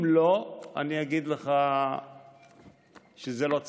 אם לא, אני אגיד לך שזה לא צלח.